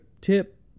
tip